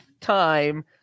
time